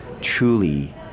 truly